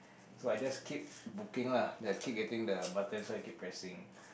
so I just keep booking lah ya keep getting the button keep pressing